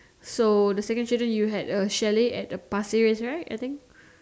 so the second incident you had a chalet at Pasir-Ris right I think